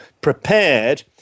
prepared